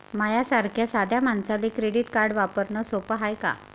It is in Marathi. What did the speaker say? माह्या सारख्या साध्या मानसाले क्रेडिट कार्ड वापरने सोपं हाय का?